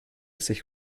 sich